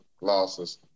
losses